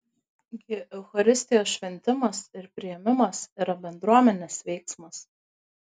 gi eucharistijos šventimas ir priėmimas yra bendruomenės veiksmas